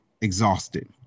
exhausted